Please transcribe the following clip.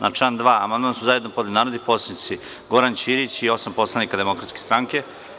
Na član 2. amandman su zajedno podneli narodni poslanici Goran Ćirić i osam poslanika Demokratske stranke.